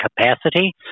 capacity